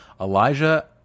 Elijah